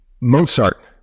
Mozart